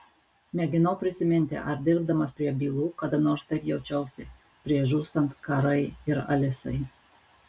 mėginau prisiminti ar dirbdamas prie bylų kada nors taip jaučiausi prieš žūstant karai ir alisai